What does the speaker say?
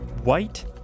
white